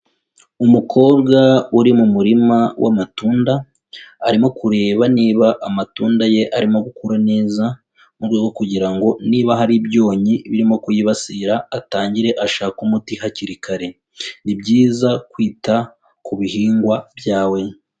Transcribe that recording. Umukobwa uri mu murima w'amatunda, arimo kureba niba amatunda ye arimo gukura neza, mu rwego rwo kugira ngo niba hari ibyonnyi birimo kuyibasira atangire ashake umuti hakiri kare, ni byiza kwita ku bihingwa byawe.